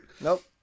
Nope